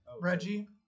Reggie